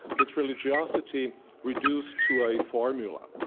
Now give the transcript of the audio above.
it's religiosity reduced to a formula.